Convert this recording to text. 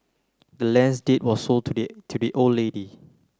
the land's deed was sold to the to the old lady